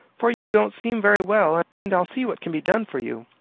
for you don't seem very well, and i'll see what can be done for you.